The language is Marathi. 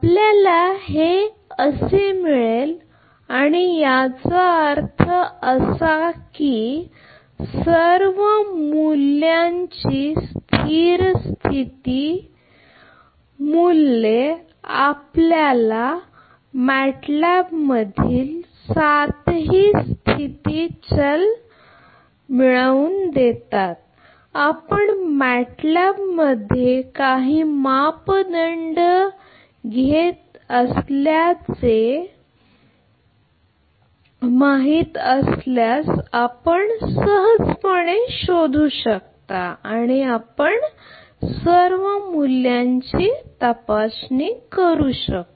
आपल्याला मिळेल आणि याचा अर्थ असा की सर्व मूल्येची स्थिर स्थिती मूल्ये आपल्याला मॅटॅलाबमधील सातही स्थिती चल मिळतील आपण मॅटलाबला काही मापदंड घेत असल्याचे माहित असल्यास आपण सहजपणे शोधु शकता आणि आपण या सर्व मूल्याची तपासणी करा